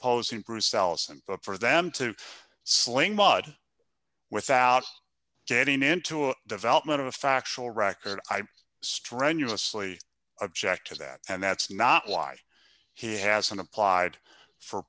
posing bruce allison but for them to sling mud without getting into a development of a factual record i strenuously object to that and that's not why he hasn't applied for